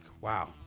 Wow